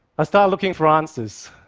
i started looking for answers.